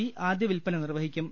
P ആദ്യവിൽപ്പന നിർവ്വഹിക്കും